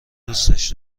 دوستش